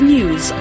News